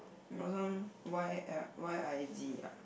got some Y L Y I Z ah